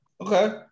Okay